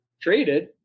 traded